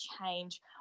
change